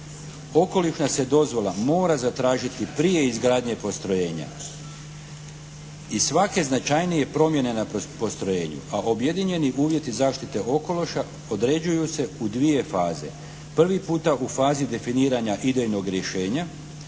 Okolišna se dozvola mora zatražiti prije izgradnje postrojenja i svake značajnije promjene na postrojenju, a objedinjeni uvjeti zaštite okoliša određuju se u dvije faze. Prvi puta u fazi definiranja idejnog rješenja